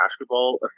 Basketball